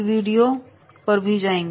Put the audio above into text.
video 2049 से 3054 तक चलती जाएगी